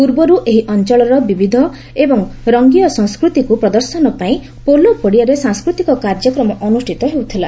ପୂର୍ବରୁ ଏହି ଅଞ୍ଚଳର ବିବିଧ ଏବଂ ରଙ୍ଗୀୟ ସଂସ୍କୃତିକୁ ପ୍ରଦର୍ଶନ ପାଇଁ ପୂର୍ବରୁ ପୋଲୋ ଖେଳ ପଡିଆରେ ସାଂସ୍କୃତିକ କାର୍ଯ୍ୟକ୍ରମ ଅନୁଷ୍ଠିତ ହୋଇଥିଲା